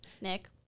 Nick